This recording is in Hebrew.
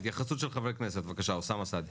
התייחסות של חברי הכנסת, בבקשה, אוסאמה סעדי.